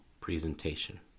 presentation